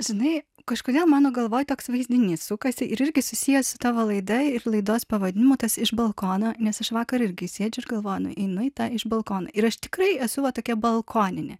žinai kažkodėl mano galvoj toks vaizdinys sukasi ir irgi susiję su tavo laida ir laidos pavadinimu tas iš balkono nes aš vakar irgi sėdžiu ir galvoju nu einu į tą iš balkono ir aš tikrai esu tokia balkonė